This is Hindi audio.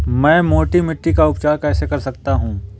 मैं मोटी मिट्टी का उपचार कैसे कर सकता हूँ?